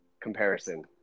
comparison